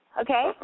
okay